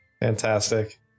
Fantastic